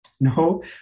No